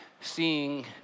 seeing